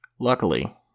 Luckily